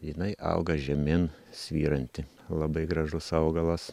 jinai auga žemyn svyranti labai gražus augalas